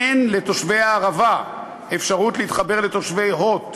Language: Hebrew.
אין לתושבי הערבה אפשרות להתחבר ל"הוט",